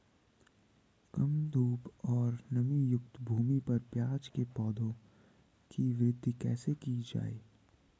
कम धूप और नमीयुक्त भूमि पर प्याज़ के पौधों की वृद्धि कैसे की जाए?